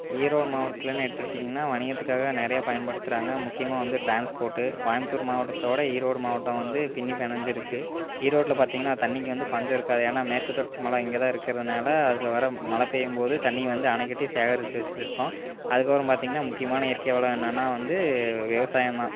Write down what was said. ஈரோடு மாவட்டத்திலனு எடுத்துக்கிட்டிங்கனா வணிகத்துக்காக நிறையா பயன்படுத்துகிறாங்க முக்கியமாக வந்து ட்ரான்ஸ்போட்டு கோயமுத்தூர் மாவட்டத்தை விட ஈரோடு மாவட்டம் வந்து பின்னி பெணைஞ்சு இருக்குது ஈரோட்டில் பார்த்திங்கனா தண்ணிக்கு வந்து பஞ்சம் இருக்காது ஏன்னால் மேற்கு தொடர்ச்சி மலை இங்கே தான் இருக்கிறதுனால அதில் வர மழை பெய்யும்போது தண்ணி வந்து அணை கட்டி சேகரித்து வச்சிருக்கோம் அதுக்கப்புறம் பார்த்திங்கனா முக்கியமான இயற்கை வளம் என்னன்னா வந்து விவசாயந்தான்